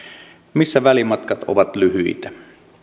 missä välimatkat ovat lyhyitä